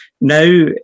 now